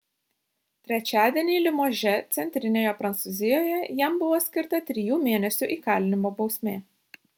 trečiadienį limože centrinėje prancūzijoje jam buvo skirta trijų mėnesių įkalinimo bausmė